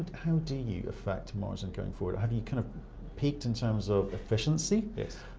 how do you affect margin going forward? have you kind of peaked in terms of efficiency?